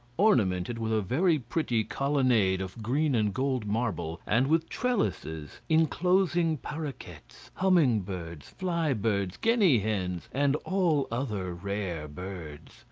ornamented with a very pretty colonnade of green and gold marble, and with trellises, enclosing parraquets, humming-birds, fly-birds, guinea-hens, and all other rare birds.